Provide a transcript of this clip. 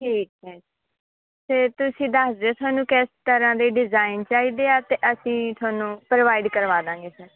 ਠੀਕ ਹੈ ਫੇਰ ਤੁਸੀਂ ਦੱਸ ਦਿਉ ਸਾਨੂੰ ਕਿਸ ਤਰ੍ਹਾਂ ਦੇ ਡਿਜ਼ਾਇਨ ਚਾਹੀਦੇ ਆ ਤਾਂ ਅਸੀਂ ਤੁਹਾਨੂੰ ਪ੍ਰੋਵਾਈਡ ਕਰਵਾ ਦੇਵਾਂਗੇ ਫੇਰ